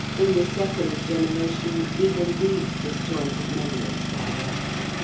in the second generation even these disjointed memories died out.